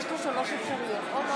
חבר